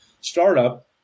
startup